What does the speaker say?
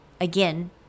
again